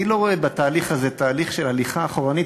אני לא רואה בתהליך הזה תהליך של הליכה אחורנית,